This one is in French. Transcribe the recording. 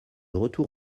retour